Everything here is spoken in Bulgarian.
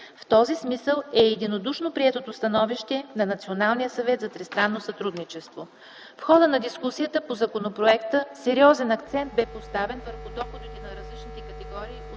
В този смисъл е и единодушно приетото становище на Националния съвет за тристранно сътрудничество. В хода на дискусията по законопроекта сериозен акцент бе поставен върху доходите на различните категории